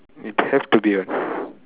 it have to be what